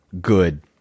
good